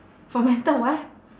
fermented what